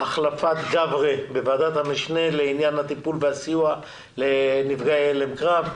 חילופי גברי בוועדת המשנה לעניין הטיפול והסיוע לנפגעי הלם קרב.